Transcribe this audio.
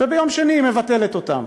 וביום שני היא מבטלת אותן?